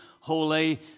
holy